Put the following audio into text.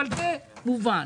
זה מובן.